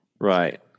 Right